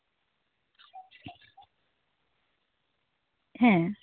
ᱦᱮᱸ